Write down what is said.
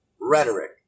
rhetoric